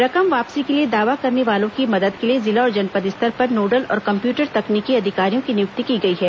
रकम वापसी के लिए दावा करने वालों की मदद के लिए जिला और जनपद स्तर पर नोडल और कम्प्यूटर तकनीकी अधिकारियों की नियुक्ति की गई है